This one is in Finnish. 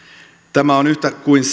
tämä on yhtä kuin